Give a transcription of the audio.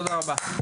תודה רבה.